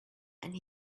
and